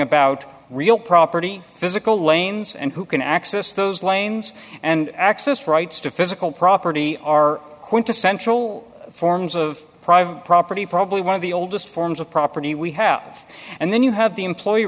about real property physical lanes and who can access those lanes and access rights to physical property are quintessential forms of private property probably one of the oldest forms of property we have and then you have the employee